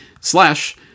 slash